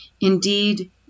Indeed